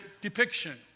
depiction